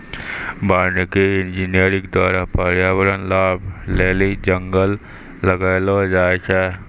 वानिकी इंजीनियर द्वारा प्रर्यावरण लाभ लेली जंगल लगैलो जाय छै